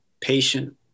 patient